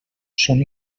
són